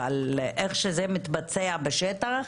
אבל איך שזה מתבצע בשטח,